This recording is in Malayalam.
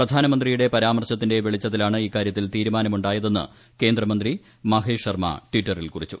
പ്രധാനമന്ത്രിയുടെ പരാമർശത്തിന്റെ വെളിച്ചത്തിലാണ് ഇക്കാര്യത്തിൽ തീരുമാന്മൂണ്ടായതെന്ന് കേന്ദ്രമന്ത്രി മഹേഷ് ശർമ്മ ട്വിറ്ററിൽ കുറിച്ചു